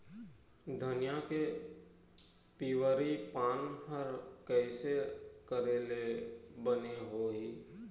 धनिया के पिवरी पान हर कइसे करेले बने होही?